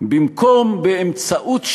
שלה"/ ובמקום "באמצעות שינויים"